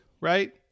right